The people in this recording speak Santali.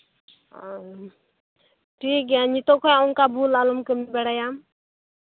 ᱚᱻ ᱴᱷᱤᱠ ᱜᱮᱭᱟ ᱱᱤᱛᱚᱜ ᱠᱷᱚᱱ ᱚᱱᱠᱟ ᱵᱷᱩᱞ ᱟᱞᱚᱢ ᱠᱟᱹᱢᱤ ᱵᱟᱲᱟᱭᱟ